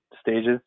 stages